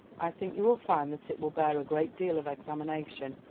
i think you will find that it will bear a great deal of examination,